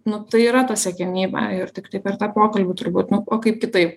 nu tai yra ta siekiamybė ir tiktai per tą pokalbį turbūt nu o kaip kitaip